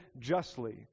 justly